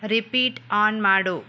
repeat on ಮಾಡು